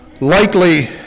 likely